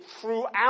throughout